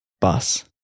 bus